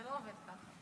זה לא עובד ככה.